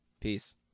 Peace